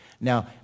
Now